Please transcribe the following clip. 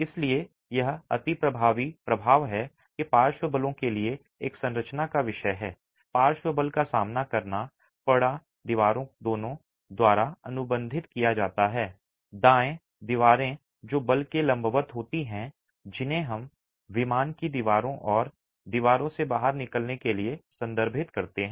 इसलिए यह अतिप्रभावी प्रभाव है कि पार्श्व बलों के लिए एक संरचना का विषय है पार्श्व बल का सामना करना पड़ दीवारों दोनों द्वारा अनुबंधित किया जाता है दाएं दीवारें जो बल के लंबवत होती हैं जिन्हें हम विमान की दीवारों और दीवारों से बाहर निकलने के लिए संदर्भित करते हैं